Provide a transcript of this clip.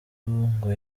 ngo